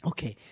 Okay